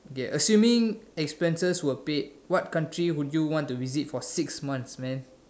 okay assuming expenses were paid what country would you want to visit for six months man